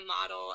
model